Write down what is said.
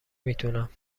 میتونم